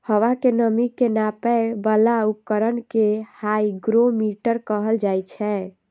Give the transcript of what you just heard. हवा के नमी के नापै बला उपकरण कें हाइग्रोमीटर कहल जाइ छै